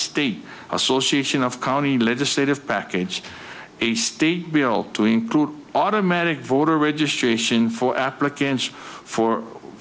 state association of county legislative package a state to include automatic voter registration for applicants for